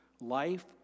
Life